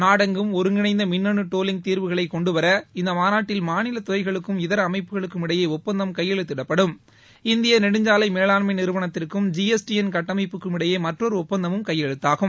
நாடெங்கும் ஒருங்கிணைந்த மின்னணு டோலிங் தீர்வுகளை கொண்டுவர இந்த மாநாட்டில் மாநில துறைகளுக்கும் இதர அமைப்புகளுக்கும் இடையே ஒப்பந்தம் கையெழுத்திடப்படும் இந்திய நெடுஞ்சாலை மேவாண்மை நிறுவனத்திற்கும் ஜிஎஸ்டிஎன் கட்டமைப்புக்கும் இடையே மற்றொரு ஒப்பந்தம் கையெழுத்தாகும்